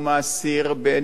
אם פעם אחת, אני לא יודע,